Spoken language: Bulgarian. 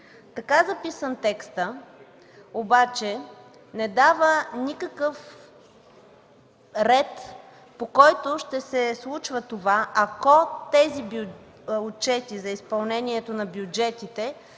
Така записан текстът обаче не дава никакъв ред, по който ще се случва това, ако тези отчети за изпълнението на бюджетите,